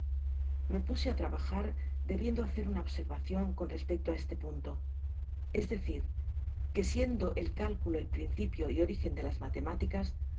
ale puse á trabajar debiendo hacer uaa observacion con respecto á eso punto es decir que siendo el cálculo el principio y origen de las matemáticas